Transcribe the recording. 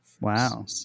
Wow